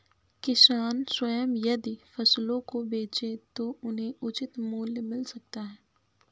किसान स्वयं यदि फसलों को बेचे तो उन्हें उचित मूल्य मिल सकता है